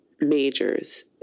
majors